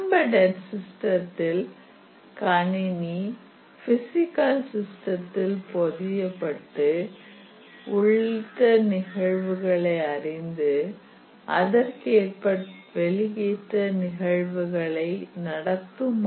embed dead சித்தத்தில் கணினி physical சிஸ்டத்தில் பதிய பட்டு உள்ளிட்ட நிகழ்வுகளை அறிந்து அதற்கேற்ப வெளியிட்டு நிகழ்வுகளை நடத்தும்